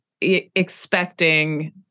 expecting